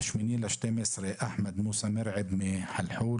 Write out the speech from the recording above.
ב-8 בדצמבר נהרג אחמד מוסא מורעב מחלחול.